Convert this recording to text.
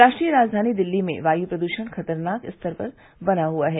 राष्ट्रीय राजघानी दिल्ली में वायु प्रद्षण खतरनाक स्तर पर बना हुआ है